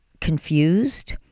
confused